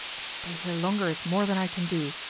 to stay here longer is more than i can do.